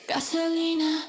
Gasolina